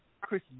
Chris